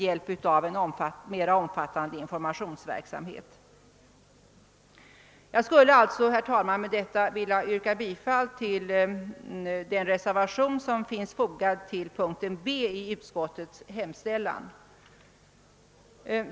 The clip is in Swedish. Jag skulle alltså, herr talman, vilja yrka bifall till den reservation som finns fogad till punkten B i utskottets hemställan.